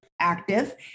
active